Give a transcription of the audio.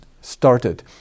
started